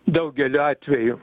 daugeliu atvejų